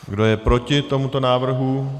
Kdo je proti tomuto návrhu?